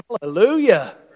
Hallelujah